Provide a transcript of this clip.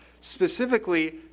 specifically